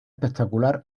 espectacular